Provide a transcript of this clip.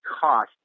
cost